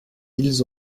ils